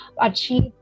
achieve